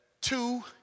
Two